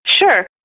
sure